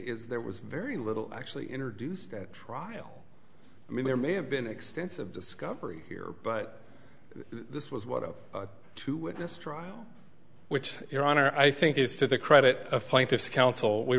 is there was very little actually introduced at trial i mean there may have been extensive discovery here but this was what up to witness trial which your honor i think is to the credit